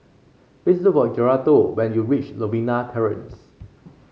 please look for Geraldo when you reach Novena Terrace